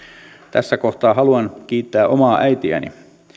tässä kohtaa haluan kiittää omaa äitiäni